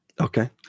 Okay